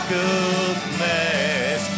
goodness